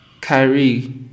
Kyrie